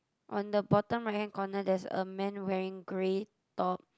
on the bottom right hand corner there is a man wearing grey top